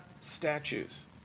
statues